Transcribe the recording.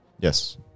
Yes